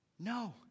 No